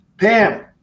Pam